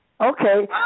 Okay